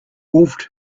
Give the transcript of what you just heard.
wolfed